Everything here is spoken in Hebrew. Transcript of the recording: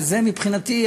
וזה מבחינתי,